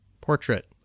portrait